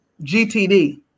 GTD